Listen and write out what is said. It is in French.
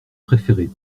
préféré